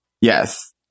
Yes